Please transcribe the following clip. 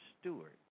Stewart